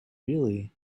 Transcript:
really